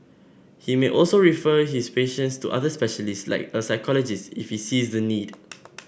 he may also refer his patients to other specialists like a psychologist if he sees the need